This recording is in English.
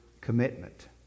commitment